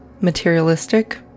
materialistic